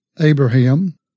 Abraham